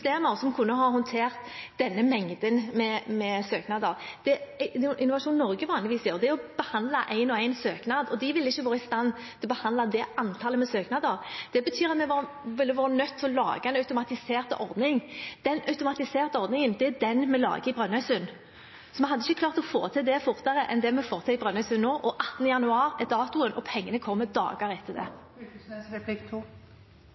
som kunne ha håndtert denne mengden med søknader. Det Innovasjon Norge vanligvis gjør, er å behandle en og en søknad, og de ville ikke vært i stand til å behandle dette antallet søknader. Det betyr at vi ville vært nødt til å lage en automatisert ordning, og det er den automatiserte ordningen vi lager i Brønnøysundregistrene. Så vi hadde ikke klart å få til det fortere enn det vi får til i Brønnøysundregistrene nå. 18. januar er datoen, og pengene kommer dager etter